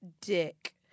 dick